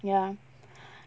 ya